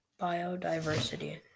Biodiversity